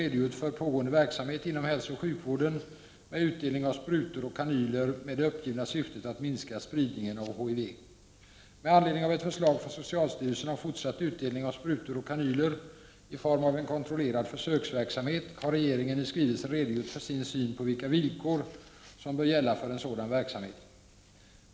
1988/89:94) redogjort för pågående verksamhet inom hälsooch sjukvården med utdelning av sprutor och kanyler med det uppgivna syftet att minska spridningen av HIV. Med anledning av ett förslag från socialstyrelsen om fortsatt utdelning av sprutor och kanyler i form av en kontrollerad försöksverksamhet har regeringen i skrivelsen redogjort för sin syn på vilka villkor som bör gälla för en sådan verksamhet.